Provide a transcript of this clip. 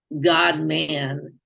God-man